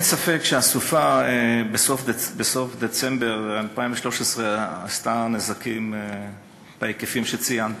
אין ספק שהסופה בסוף דצמבר 2013 עשתה נזקים בהיקפים שציינת.